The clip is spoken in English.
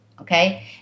okay